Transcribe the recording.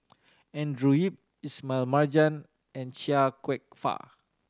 Andrew Yip Ismail Marjan and Chia Kwek Fah